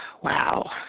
Wow